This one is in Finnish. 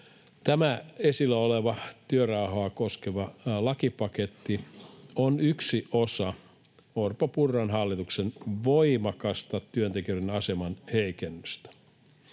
Tämä esillä oleva työrauhaa koskeva lakipaketti on yksi osa Orpon—Purran hallituksen voimakasta työntekijöiden aseman heikennystä.